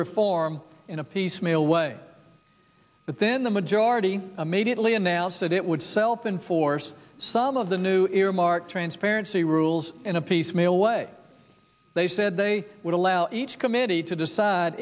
reform in a piecemeal way but then the majority made it lee announced that it would self and force some of the new earmark transparency rules in a piecemeal way they said they would allow each committee to decide